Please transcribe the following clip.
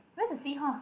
where's the seahorse